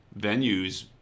venues